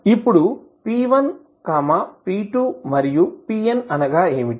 ఇప్పుడు p1 p2 మరియు pn అనగా ఏమిటి